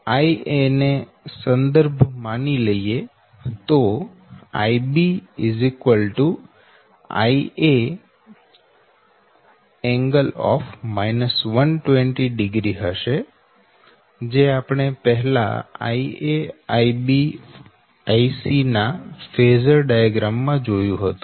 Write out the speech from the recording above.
Ia ને સંદર્ભ તરીકે માની લઈએ તો Ib Ia ㄥ 120º હશે જે આપણે પહેલા Ia Ib Ic ના ફેસોર ડાયાગ્રામ માં જોયું હતું